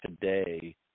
today